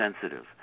sensitive